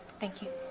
thank you.